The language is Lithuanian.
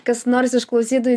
kas nors iš klausytojų